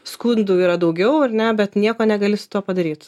skundų yra daugiau ar ne bet nieko negali su tuo padaryt